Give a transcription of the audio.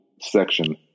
section